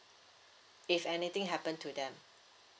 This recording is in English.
if anything happen to them